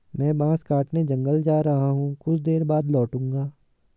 मैं बांस काटने जंगल जा रहा हूं, कुछ देर बाद लौटूंगा